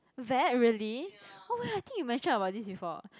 vet really oh my I think you mention about this before